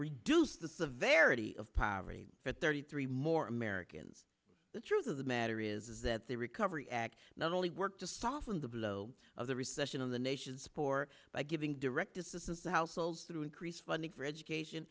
reduce the severity of poverty for thirty three more americans the truth of the matter is that the recovery act not only work to soften the blow of the recession on the nation's poor by giving direct assistance to households through increased funding for education